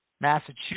Massachusetts